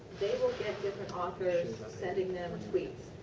they will get different authors sending them tweets.